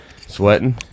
sweating